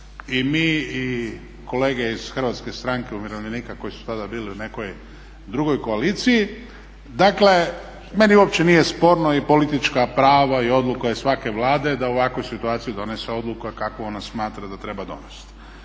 i mi i kolege iz HSU-a koji su tada bili u nekoj drugoj koaliciji. Dakle, meni uopće nije sporno i politička prava i odluka je svake Vlade da u ovakvoj situaciji donese odluku kakvu ona smatra da treba donesti.